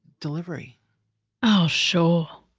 delivery oh, sure.